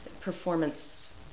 performance